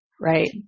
right